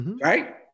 right